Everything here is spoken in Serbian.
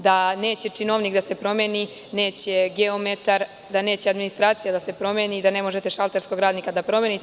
Da neće činovnik da se promeni, neće geometar, da neće administracija da se promeni i da ne možete šalterskog radnika da promenite.